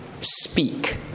speak